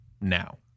now